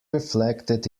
reflected